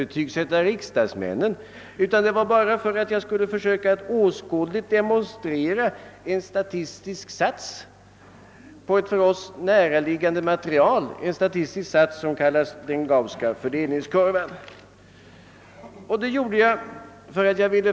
Det var inte fråga om att betygsätta riksdagsmännen, utan jag ville bara försöka åskådliggöra en statistisk sats, som kallas Gauss” fördelningskurva, på ett oss närliggande material.